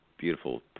beautiful